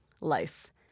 life